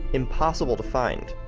impossible to find.